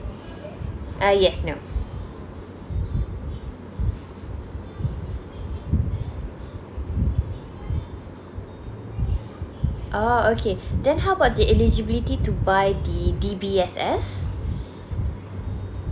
uh yes no oh okay then how about the eligibility to buy the D_B_S_S